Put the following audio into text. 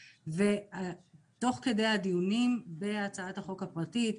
תוך כדי הדיונים בהצעת החוק הפרטית,